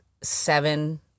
seven